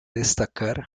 destacar